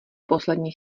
poslední